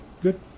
Good